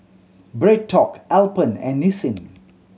BreadTalk Alpen and Nissin